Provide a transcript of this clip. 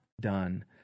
done